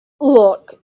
look